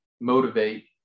motivate